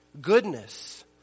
Goodness